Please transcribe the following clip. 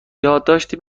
یادداشتی